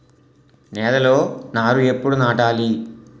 నేలలో నారు ఎప్పుడు నాటాలి?